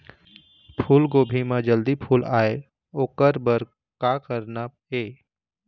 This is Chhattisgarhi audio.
फूलगोभी म जल्दी फूल आय ओकर बर का करना ये?